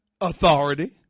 Authority